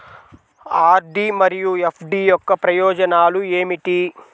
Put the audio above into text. RD మరియు FD యొక్క ప్రయోజనాలు ఏమిటి?